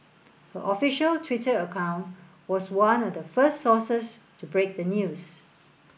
her official Twitter account was one of the first sources to break the news